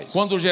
Quando